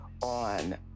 on